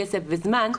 כסף וזמן,